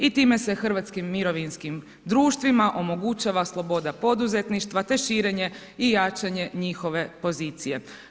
I time se hrvatskim mirovinskim društvima omogućava sloboda poduzetništva te širenje i jačanje njihove pozicije.